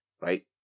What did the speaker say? right